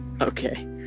okay